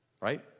Right